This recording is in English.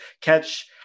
catch